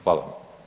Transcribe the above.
Hvala.